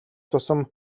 тусам